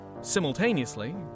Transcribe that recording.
simultaneously